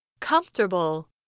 comfortable